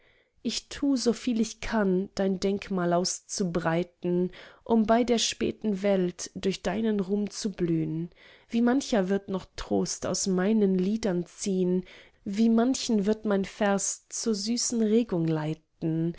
ich tu soviel ich kann dein denkmal auszubreiten um bei der späten welt durch deinen ruhm zu blühn wie mancher wird noch trost aus meinen liedern ziehn wie manchen wird mein vers zur süßen regung leiten